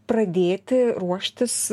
pradėti ruoštis